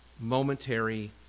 momentary